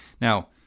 now